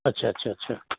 अच्छा अच्छा अच्छा